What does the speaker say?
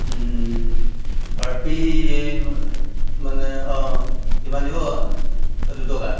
পাৰ পিছ মানে অঁ কিমান দিব দুটকা